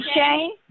Shane